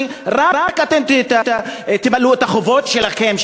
תמלאו את החובות שלכם,